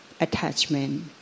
attachment